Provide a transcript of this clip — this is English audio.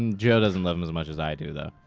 and joe doesn't love him as much as i do though.